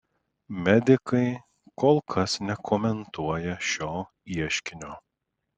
medikai kol kas nekomentuoja šio ieškinio